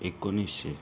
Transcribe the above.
एकोणीसशे